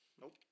Nope